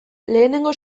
lehenengo